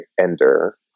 Ender